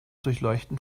durchleuchten